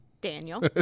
Daniel